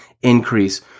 increase